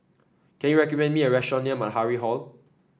can you recommend me a restaurant near Matahari Hall